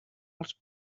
els